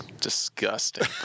Disgusting